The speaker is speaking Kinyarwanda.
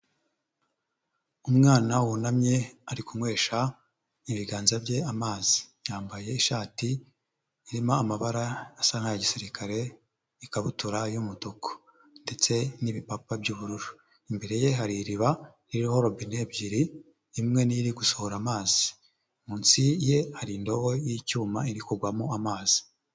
Umwana wunamye ari kunywesha ibiganza bye amazi, yambaye ishati irimo amabara asa n'ayagisirikare, ikabutura y'umutuku, ndetse n'ibipapa by'ubururu, imbereye hari iriba ririho robine ebyiri, imwe ni yo iri gusohora amazi, munsi ye hari indobo y'icyuma iri kugwamo amazi.